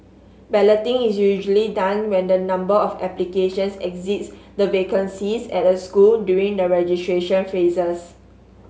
balloting is usually done when the number of applications exceeds the vacancies at a school during the registration phases